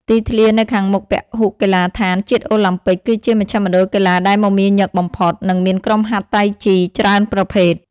ទីធ្លានៅខាងមុខពហុកីឡដ្ឋានជាតិអូឡាំពិក គឺជាមជ្ឈមណ្ឌលកីឡាដែលមមាញឹកបំផុត និងមានក្រុមហាត់តៃជីច្រើនប្រភេទ។